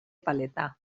paleta